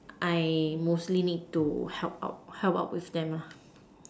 I mostly need to help out help out with them lah